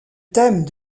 thème